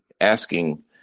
asking